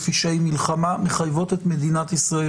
לפשעי מלחמה מחייבות את מדינת ישראל,